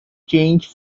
change